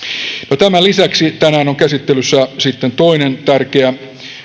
no tämän lisäksi tänään on käsittelyssä sitten toinen tärkeä